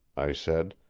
i said,